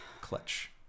Clutch